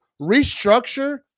restructure